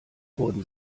wurden